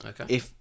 Okay